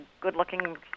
good-looking